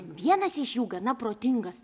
vienas iš jų gana protingas